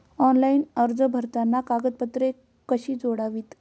Online अर्ज भरताना कागदपत्रे कशी जोडावीत?